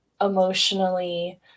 emotionally